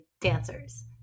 dancers